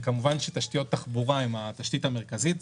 וכמובן שתשתיות תחבורה הן התשתית המרכזית.